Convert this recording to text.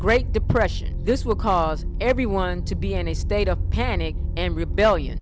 great depression this will cause everyone to be any state of panic and rebellion